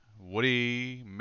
Woody